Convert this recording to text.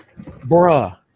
bruh